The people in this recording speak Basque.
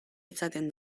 izaten